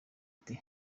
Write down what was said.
ati